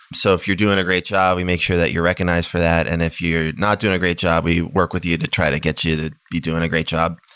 so if you're doing a great job, we make sure that you're recognized for that. and if you're not doing a great job, we work with you to try to get you to be doing a great job.